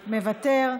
מוותר,